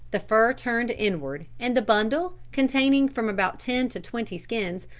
the fur turned inward, and the bundle, containing from about ten to twenty skins,